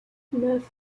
neuf